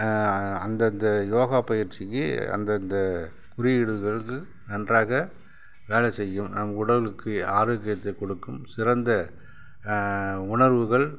அந்தந்த யோகாப் பயிற்சிக்கு அந்தந்த குறியீடுகளுக்கு நன்றாக வேலை செய்யும் நம் உடலுக்கு ஆரோக்கியத்தைக் கொடுக்கும் சிறந்த உணர்வுகள்